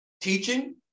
teaching